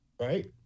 right